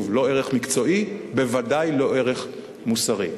לא ערך מקצועי, בוודאי לא ערך מוסרי.